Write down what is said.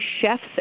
chefs